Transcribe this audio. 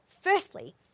Firstly